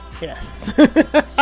Yes